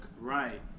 right